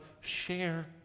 share